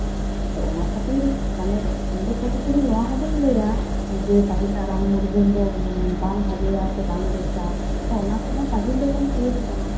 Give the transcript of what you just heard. ᱟᱫᱚ ᱚᱱᱟ ᱠᱷᱟᱹᱛᱤᱨ ᱤᱧ ᱫᱚ ᱯᱩᱨᱟᱹᱯᱩᱨᱤ ᱱᱚᱣᱟ ᱦᱚᱸᱵᱟᱹᱧ ᱞᱟᱹᱭᱟ ᱡᱮ ᱯᱟᱹᱦᱤᱞᱟᱜ ᱨᱟᱱ ᱢᱩᱨᱜᱟᱹᱱ ᱫᱚ ᱵᱟᱝ ᱵᱷᱟᱜᱮᱭᱟ ᱥᱮ ᱵᱟᱝ ᱵᱮᱥᱟ ᱦᱮᱸ ᱚᱱᱟ ᱛᱮᱦᱚᱸ ᱯᱟᱹᱦᱤᱞ ᱫᱚᱵᱚᱱ ᱵᱮᱥᱟᱠᱟᱱᱟ